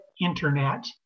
internet